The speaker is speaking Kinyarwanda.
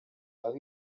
aho